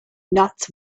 nuts